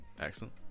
Excellent